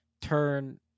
turn